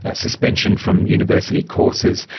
ah suspension from university courses,